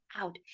out